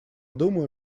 думаю